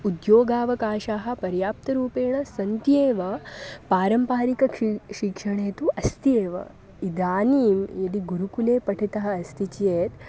उद्योगावकाशाः पर्याप्तरूपेण सन्ति एव पारम्परिके शिक्षणे तु अस्ति एव इदानीं यदि गुरुकुले पठितम् अस्ति चेत्